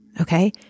okay